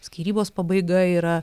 skyrybos pabaiga yra